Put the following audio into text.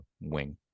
wing